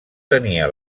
tenia